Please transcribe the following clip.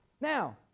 Now